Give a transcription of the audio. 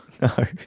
No